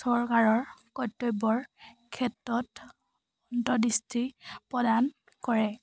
চৰকাৰৰ কৰ্তব্যৰ ক্ষেত্ৰত অন্তদৃষ্টি প্ৰদান কৰে